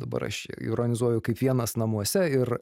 dabar aš čia ironizuoju kaip vienas namuose ir